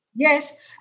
Yes